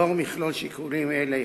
לאור מכלול שיקולים אלה,